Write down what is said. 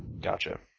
Gotcha